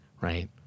right